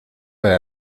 para